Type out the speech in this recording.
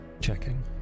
checking